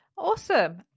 Awesome